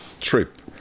trip